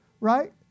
right